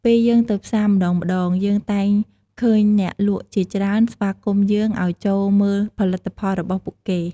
ពេលយើងទៅផ្សារម្តងៗ យើងតែងឃើញអ្នកលក់ជាច្រើនស្វាគមន៍យើងឲ្យចូលមើលផលិតផលរបស់ពួកគេ។